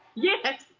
yes.